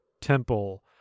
temple